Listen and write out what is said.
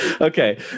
Okay